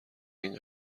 این